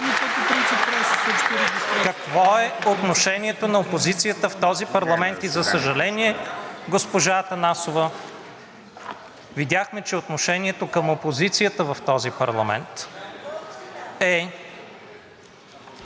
Какво е отношението към опозицията в този парламент и за съжаление, госпожо Атанасова, видяхме, че отношението към опозицията в този парламент е: